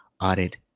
audit